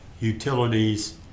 utilities